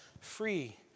free